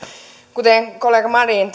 kuten kollega marin